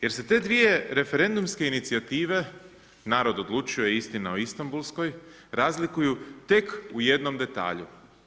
Jer se te dvije referendumske inicijative, Narod odlučuje i Istina o Istanbulskoj, razlikuju tek u jednom detalju.